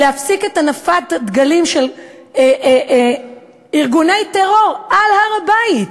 להפסיק את הנפת הדגלים של ארגוני טרור על הר-הבית.